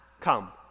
come